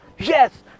Yes